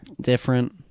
Different